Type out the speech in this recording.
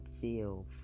feel